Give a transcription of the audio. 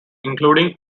including